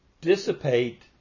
dissipate